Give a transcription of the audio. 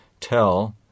Tell